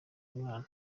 umwana